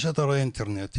יש אתרי אינטרנט.